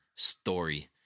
story